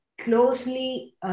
closely